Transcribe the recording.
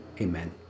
amen